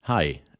Hi